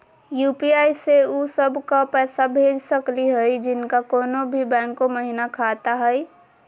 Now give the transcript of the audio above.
UPI स उ सब क पैसा भेज सकली हई जिनका कोनो भी बैंको महिना खाता हई?